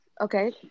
Okay